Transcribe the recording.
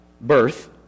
birth